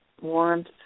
warmth